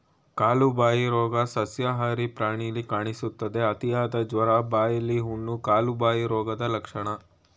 ಕಾಲುಬಾಯಿ ರೋಗ ಸಸ್ಯಾಹಾರಿ ಪ್ರಾಣಿಲಿ ಕಾಣಿಸ್ತದೆ, ಅತಿಯಾದ ಜ್ವರ, ಬಾಯಿಲಿ ಹುಣ್ಣು, ಕಾಲುಬಾಯಿ ರೋಗದ್ ಲಕ್ಷಣ